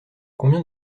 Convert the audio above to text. combien